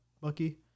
Bucky